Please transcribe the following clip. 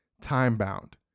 time-bound